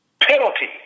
penalty